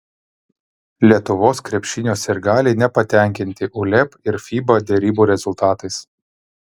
lietuvos krepšinio sirgaliai nepatenkinti uleb ir fiba derybų rezultatais